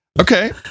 Okay